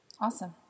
Awesome